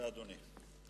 בבקשה, אדוני.